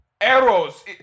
arrows